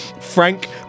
Frank